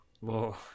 Whoa